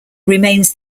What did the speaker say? remains